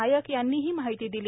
नायक यांनी ही माहिती दिली